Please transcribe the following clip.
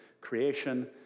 creation